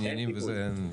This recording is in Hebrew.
עניינים וזה.